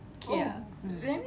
mm okay ah